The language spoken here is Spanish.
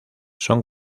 son